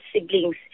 siblings